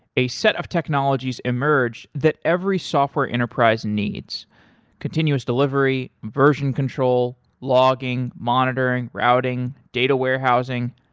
a set of technologies emerge that every software enterprise needs continuous delivery, version control, logging, monitoring, routing, data warehousing.